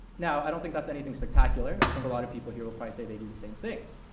now, i don't think that's anything spectacular. i think a lot of people here will probably say they do the same things.